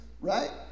right